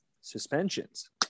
suspensions